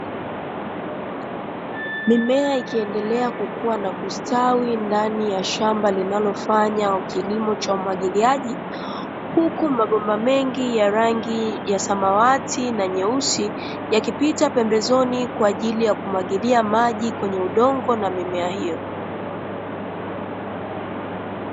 Mimea ikiendelea kukua na kustawi ndani ya shamba linalofanya kilimo cha umwagiliaji, huku mabomba mengi ya rangi ya samawati na nyeusi, yakipita pambezoni kwa ajili ya kumwagilia maji kwenye udongo na mimea hiyo.